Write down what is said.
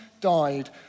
died